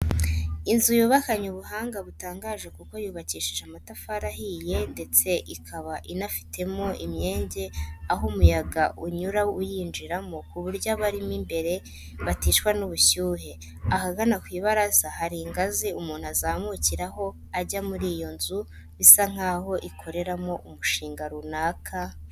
Inzu yubakanye ubuhanga butangaje kuko yubakishije amatafari ahiye ndetse ikaba inafitemo imyenge aho umuyaga unyura uyinjiramo ku buryo abarimo imbere baticwa n'ubushyuhe. Ahagana ku ibaraza hari ingazi umuntu azamukaho ajya muri iyo nzu bisa nkaho ikoreramo umushinga runaka.